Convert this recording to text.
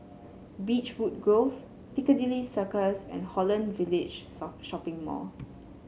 Beechwood Grove Piccadilly Circus and Holland Village Shopping Mall